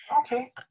okay